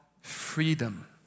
freedom